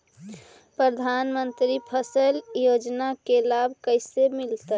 प्रधानमंत्री फसल योजना के लाभ कैसे मिलतै?